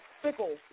fickle